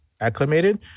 acclimated